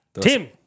Tim